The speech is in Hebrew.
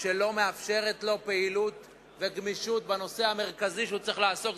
שלא מאפשרת לו פעילות וגמישות בנושא המרכזי שהוא צריך לעסוק,